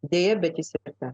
deja bet jis yra